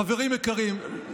חברים יקרים,